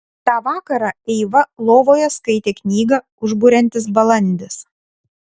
tą vakarą eiva lovoje skaitė knygą užburiantis balandis